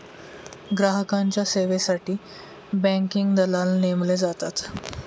ग्राहकांच्या सेवेसाठी बँकिंग दलाल नेमले जातात